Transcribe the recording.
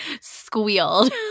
squealed